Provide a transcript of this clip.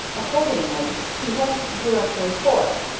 accordingly he headed directly for it,